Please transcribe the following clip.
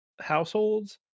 households